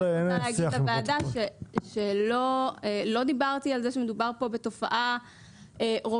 אני רוצה להגיד לוועדה שלא דיברתי על זה שמדובר פה בתופעה רווחת,